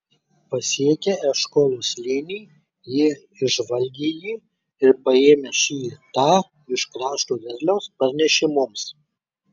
pasiekę eškolo slėnį jie išžvalgė jį ir paėmę šį tą iš krašto derliaus parnešė mums